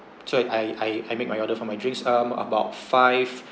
so I I I I make my order from my drinks um about five